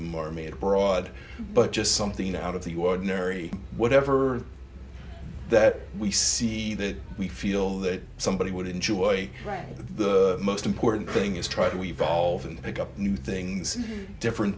more made broad but just something out of the ordinary whatever that we see that we feel that somebody would enjoy the the most important thing is trying to evolve and pick up new things different